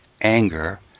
anger